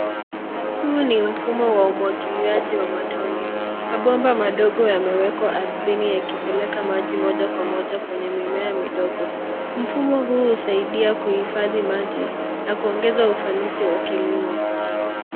Huu ni mfumo wa umwagiliaji wa matone. Mabomba madogo yamewekwa ardhini yakipeleka maji moja kwa moja kwenye mimea midogo. Mfumo huu husaidia kuhifadhi maji na kuongeza ufanisi wa kilimo.